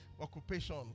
occupation